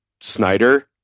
Snyder